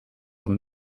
een